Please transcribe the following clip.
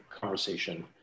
conversation